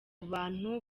bantu